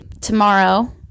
tomorrow